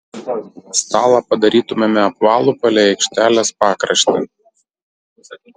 stalą padarytumėme apvalų palei aikštelės pakraštį